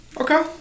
Okay